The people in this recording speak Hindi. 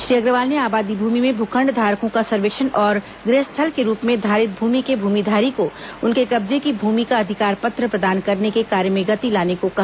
श्री अग्रवाल ने आबादी भूमि में भूखण्ड धारकों का सर्वेक्षण और गृहस्थल के रूप में धारित भूमि के भूमिधारी को उनके कब्जे की भूमि का अधिकार पत्र प्रदान करने के कार्य में गति लाने को कहा